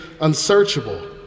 unsearchable